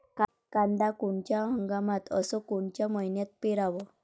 कांद्या कोनच्या हंगामात अस कोनच्या मईन्यात पेरावं?